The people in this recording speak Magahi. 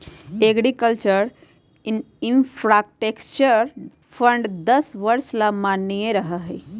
एग्रीकल्चर इंफ्रास्ट्रक्चर फंड दस वर्ष ला माननीय रह तय